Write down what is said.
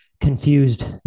confused